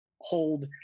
hold